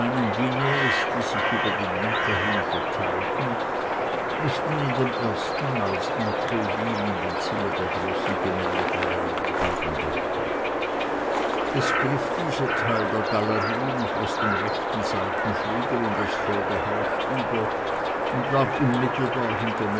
die sich über den winter hin verteilten mußten in dem ersten als entree dienenden zimmer der großen gemäldegalerie gegeben werden es griff dieser teil der galerie noch aus dem rechten seitenflügel in das vorderhaus über und lag unmittelbar hinter